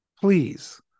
please